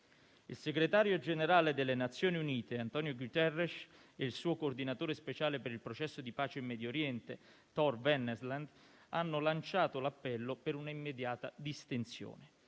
Il segretario generale delle Nazioni Unite, António Guterres, e il suo coordinatore speciale per il processo di pace in Medio Oriente, Tor Wennesland, hanno lanciato l'appello per un'immediata distensione.